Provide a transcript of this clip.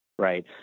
Right